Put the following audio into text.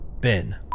Ben